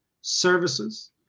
services